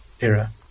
era